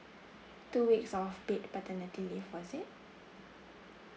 two weeks of paid paternity leave was it